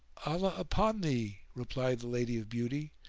allah upon thee, replied the lady of beauty,